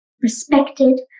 respected